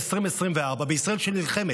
ב-6 באוקטובר,